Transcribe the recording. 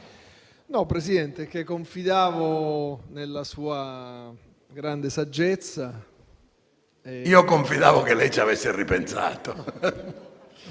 Presidente, confidavo nella sua grande saggezza. PRESIDENTE. Io confidavo che lei ci avesse ripensato.